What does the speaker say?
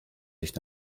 sich